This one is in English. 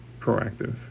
proactive